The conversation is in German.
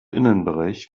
innenbereich